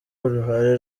uruhare